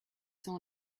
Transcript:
saw